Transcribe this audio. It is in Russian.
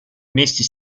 вместе